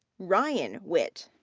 ryan witt.